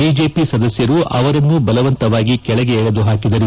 BJP ಸದಸ್ಯರು ಅವರನ್ನೂ ಬಲವಂತವಾಗಿ ಕೆಳಗೆ ಎಳೆದು ಹಾಕಿದರು